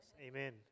Amen